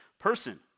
person